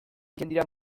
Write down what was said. erabiltzen